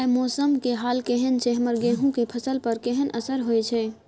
आय मौसम के हाल केहन छै हमर गेहूं के फसल पर केहन असर होय छै?